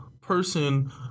person